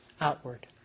outward